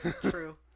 true